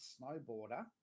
snowboarder